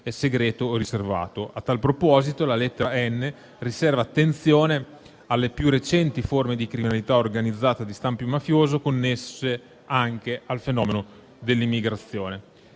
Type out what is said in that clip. segreto o riservato. A tal proposito, la lettera *n)* riserva attenzione alle più recenti forme di criminalità organizzata di stampo mafioso connesse anche al fenomeno dell'immigrazione;